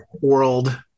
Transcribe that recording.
world